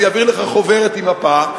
אני אעביר לך חוברת עם מפה,